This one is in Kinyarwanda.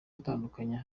atandukanye